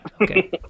okay